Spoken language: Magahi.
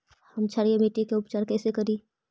हम क्षारीय मिट्टी के उपचार कैसे करी?